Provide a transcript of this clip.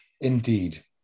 Indeed